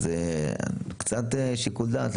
אז צריך לתת להם קצת שיקול דעת.